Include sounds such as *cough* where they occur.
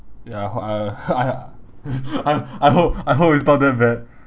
ya hope I *laughs* I *laughs* I I hope I hope it's not that bad